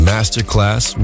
Masterclass